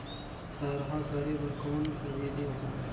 थरहा करे बर कौन सा विधि अपन?